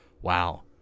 wow